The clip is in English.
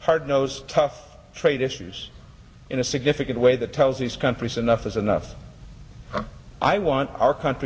hard nosed tough trade issues in a significant way that tells these countries enough is enough i want our country